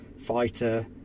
fighter